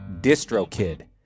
DistroKid